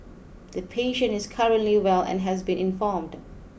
the patient is currently well and has been informed